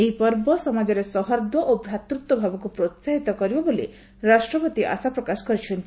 ଏହି ପର୍ବ ସମାଜରେ ସୌହାର୍ଦ୍ଦ୍ୟ ଓ ଭାତୃତ୍ୱ ଭାବକୁ ପ୍ରୋହାହିତ କରିବ ବୋଲି ରାଷ୍ଟପତି ଆଶାପ୍ରକାଶ କରିଛନ୍ତି